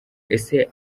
ese